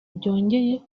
byongeye